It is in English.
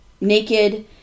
naked